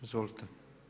Izvolite.